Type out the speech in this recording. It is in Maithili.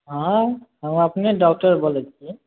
हँ हम अपने डॉक्टर बोलै छियै